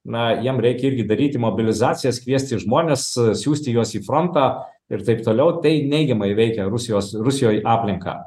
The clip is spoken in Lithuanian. na jiem reikia irgi daryti mobilizacijas kviesti žmones siųsti juos į frontą ir taip toliau tai neigiamai veikia rusijos rusijoj aplinką